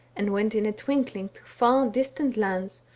and went in a twinkling to far distant lands,